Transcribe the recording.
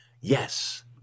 Yes